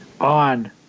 On